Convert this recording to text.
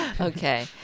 Okay